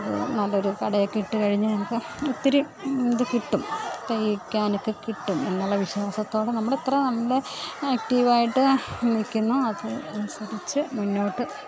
നല്ല ഒരു കടയൊക്കെ ഇട്ട് കഴിഞ്ഞ് നമുക്ക് ഒത്തിരി ഇത് കിട്ടും തയ്ക്കാനൊക്കെ കിട്ടും എന്നുള്ള വിശ്വാസത്തോടെ നമ്മൾ ഇത്ര നല്ല ആക്ടീവായിട്ട് നിൽക്കുന്ന അത് സഹിച്ചു മുന്നോട്ട്